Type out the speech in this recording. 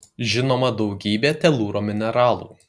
žinoma daugybė telūro mineralų